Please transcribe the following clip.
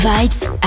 Vibes